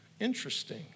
Interesting